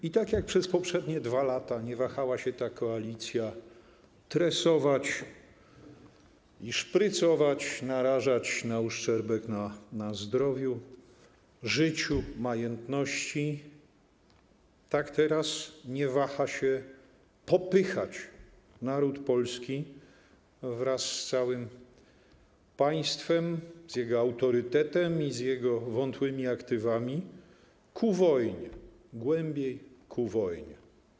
I tak jak przez poprzednie 2 lata nie wahała się ta koalicja tresować i szprycować, narażać na uszczerbek na zdrowiu, życiu, majętności, tak teraz nie waha się popychać naród polski wraz z całym państwem, z jego autorytetem i z jego wątłymi aktywami ku wojnie, głębiej ku wojnie.